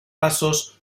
pasos